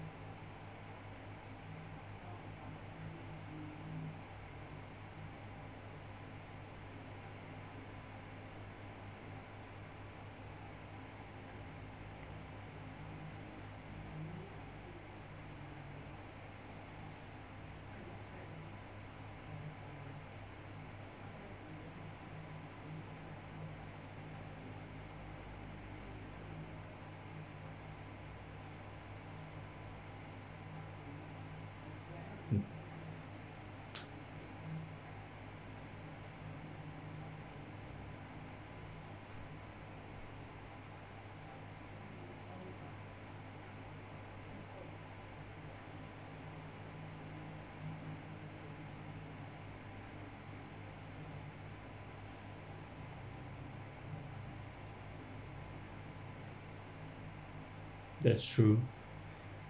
that's true